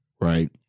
right